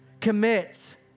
Commit